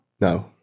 No